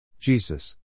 Jesus